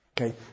Okay